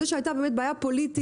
זה שהייתה בעיה פוליטית...